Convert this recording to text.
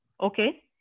okay